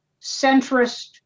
centrist